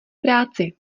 práci